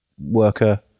worker